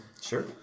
sure